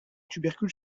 tubercule